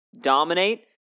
dominate